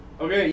Okay